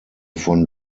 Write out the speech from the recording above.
von